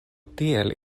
tiel